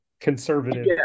conservative